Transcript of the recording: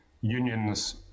Union's